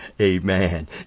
Amen